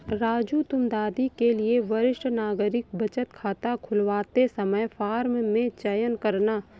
राजू तुम दादी के लिए वरिष्ठ नागरिक बचत खाता खुलवाते समय फॉर्म में चयन करना